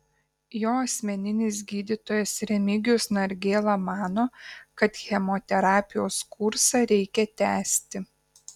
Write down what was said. jo asmeninis gydytojas remigijus nargėla mano kad chemoterapijos kursą reikia tęsti